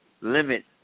limit